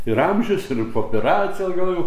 ir amžius ir po operacijos gal jau